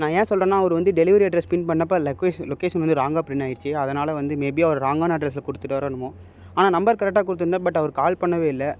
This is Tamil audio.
நான் ஏன் சொல்லுறேன்னா அவர் வந்து டெலிவரி அட்ரஸ் பின் பண்ணப்போ இல்லை லொக்கேஷன் லொக்கேஷன் வந்து ராங்காக பின்னாயிடுச்சி அதனால் வந்து மே பி அவர் ராங்கான அட்ரெஸில் கொடுத்துட்டாரோ என்னமோ ஆனால் நம்பர் கரெக்டாக கொடுத்துருந்தேன் பட் அவர் கால் பண்ணவே இல்லை